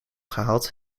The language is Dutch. gehaald